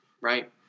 Right